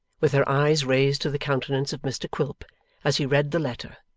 with her eyes raised to the countenance of mr quilp as he read the letter,